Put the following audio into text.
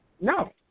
No